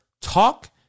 talk